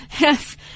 Yes